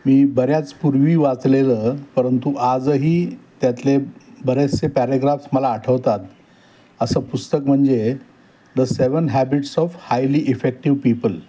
मी बऱ्याचपूर्वी वाचलेलं परंतु आजही त्यातले बरेचसे पॅरेग्राफ्स मला आठवतात असं पुस्तक म्हणजे the seven habits of highly effective people